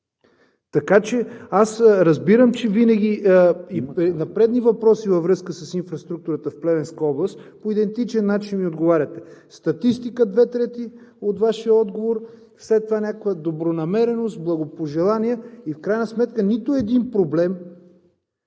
такси. Разбирам, че винаги, и на предни въпроси, във връзка в инфраструктурата в Плевенска област по идентичен начин ми отговаряте – статистика две трети от Вашия отговор, след това някоя добронамереност, благопожелание и в крайна сметка нито един проблем.